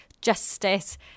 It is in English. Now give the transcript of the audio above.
justice